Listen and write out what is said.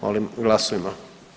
Molim glasujmo.